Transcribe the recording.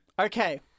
Okay